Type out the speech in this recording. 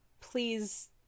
please